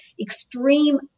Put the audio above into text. extreme